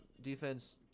defense